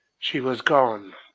she was gone.